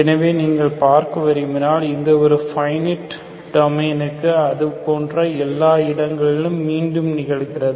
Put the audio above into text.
எனவே நீங்கள் பார்க்க விரும்பினால் எந்த ஒரு பைனிட்டொமைனுக்கு அது போன்ற எல்லா இடங்களிலும் மீண்டும் நிகழ்கிறது